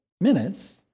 minutes